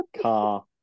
car